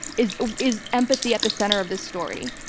is is empathy at the center of this story?